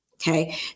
Okay